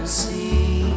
see